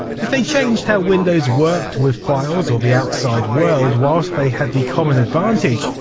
if they changed how windows worked with files or the outside world whilst they had the common advantage,